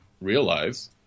realize